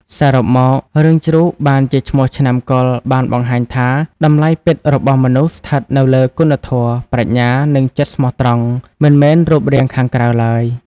សរុបមក រឿងជ្រូកបានជាឈ្មោះឆ្នាំកុរបានបង្ហាញថា តម្លៃពិតរបស់មនុស្សស្ថិតនៅលើ គុណធម៌ ប្រាជ្ញា និងចិត្តស្មោះត្រង់ មិនមែនរូបរាងខាងក្រៅឡើយ